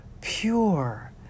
pure